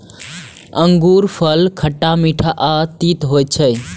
अंगूरफल खट्टा, मीठ आ तीत होइ छै